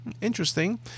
Interesting